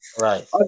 Right